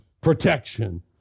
protection